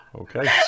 Okay